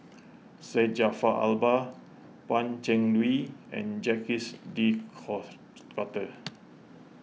Syed Jaafar Albar Pan Cheng Lui and Jacques De Court Coutre